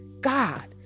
God